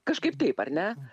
kažkaip taip ar ne